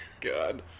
God